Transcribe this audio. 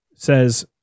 says